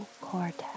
cortex